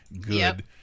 Good